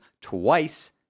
twice